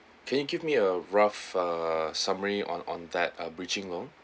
can you give me a rough uh summary on on that ah bridging loan